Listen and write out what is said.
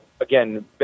again